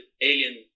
alien